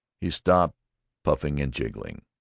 he stopped puffing and jiggling.